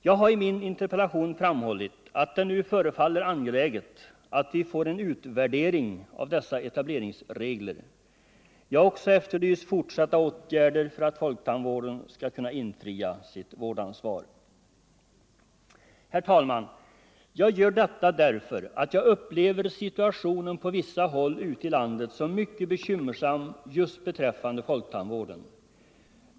Jag har i min interpellation framhållit att det nu förefaller angeläget att vi får en utvärdering av dessa etableringsregler. Jag har också efterlyst fortsatta åtgärder för att folktandvården skall kunna infria sitt vårdansvar. Jag gör detta därför att jag upplever situationen beträffande folktandvården på vissa håll ute i landet som mycket bekymmersam.